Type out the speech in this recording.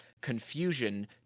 confusion